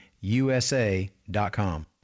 USA.com